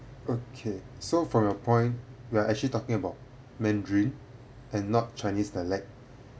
okay so from your point we're actually talking about mandarin and not chinese dialect